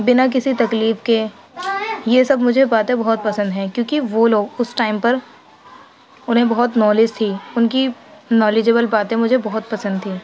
بنا کسی تکلیف کے یہ سب مجھے باتیں بہت پسند ہیں کیونکہ وہ لوگ اس ٹائم پر انہیں بہت نالج تھی ان کی نالیجبل باتیں مجھے بہت پسند تھیں